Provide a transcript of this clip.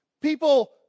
People